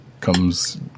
comes